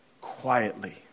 quietly